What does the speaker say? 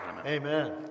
Amen